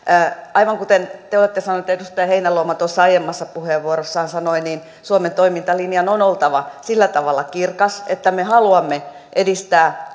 aivan kuten te olette sanonut ja edustaja heinäluoma tuossa aiemmassa puheenvuorossaan sanoi suomen toimintalinjan on oltava sillä tavalla kirkas että me haluamme edistää